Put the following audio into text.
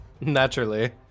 Naturally